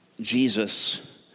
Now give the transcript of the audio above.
Jesus